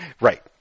Right